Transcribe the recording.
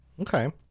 Okay